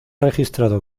registrado